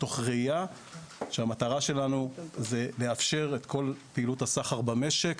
מתוך ראייה שהמטרה שלנו היא לאפשר את כל פעילות הסחר במשק